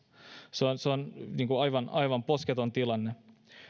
se on se on aivan aivan posketon tilanne